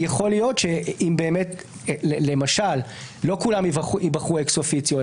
יכול להיות למשל שלא כולם ייבחרו אקס אופיציו,